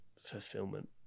Fulfillment